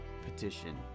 Petition